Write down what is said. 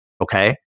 okay